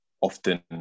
often